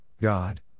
God